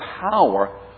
power